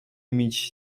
mieć